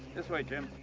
this way, jim.